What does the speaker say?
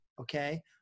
Okay